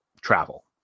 travel